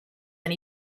and